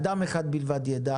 אדם אחד בלבד ידע